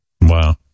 Wow